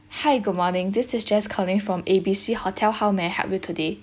hi good morning this is jess calling from A B C hotel how may I help you today